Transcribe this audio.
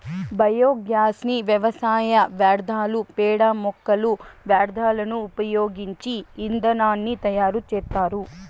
biogas ని వ్యవసాయ వ్యర్థాలు, పేడ, మొక్కల వ్యర్థాలను ఉపయోగించి ఇంధనాన్ని తయారు చేత్తారు